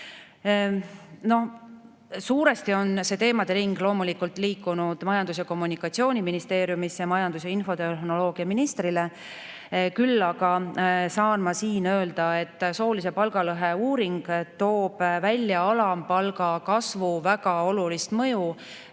Suuresti on see teemade ring liikunud Majandus‑ ja Kommunikatsiooniministeeriumisse majandus‑ ja infotehnoloogiaministrile. Küll aga saan ma öelda, et soolise palgalõhe uuring toob välja alampalga kasvu väga olulise mõju